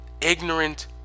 ignorant